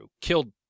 killed